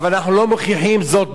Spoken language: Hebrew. צריך להוכיח,